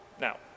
Now